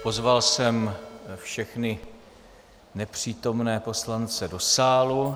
Pozval jsem všechny nepřítomné poslance do sálu.